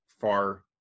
far